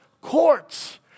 courts